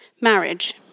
marriage